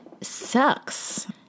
sucks